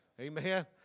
amen